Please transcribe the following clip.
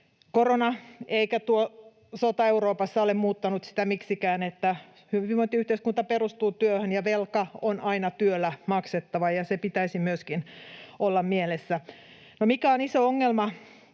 korona eikä tuo sota Euroopassa ole muuttanut miksikään sitä, että hyvinvointiyhteiskunta perustuu työhön ja velka on aina työllä maksettava, ja sen pitäisi myöskin olla mielessä. No mikä on iso ongelma,